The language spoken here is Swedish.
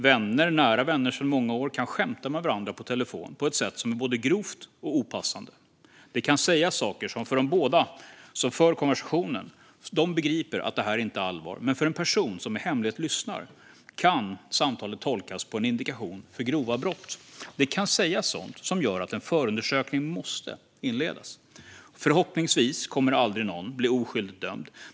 Vänner, nära vänner sedan många år, kan skämta med varandra på telefon på ett sätt som är både grovt och opassande. Det kan sägas saker som de båda som för konversationen begriper inte är allvar. Men för en person som i hemlighet lyssnar kan samtalet tolkas som en indikation om grova brott. Sådant kan sägas som gör att en förundersökning måste inledas. Förhoppningsvis kommer aldrig någon att bli oskyldigt dömd.